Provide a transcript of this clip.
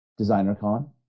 DesignerCon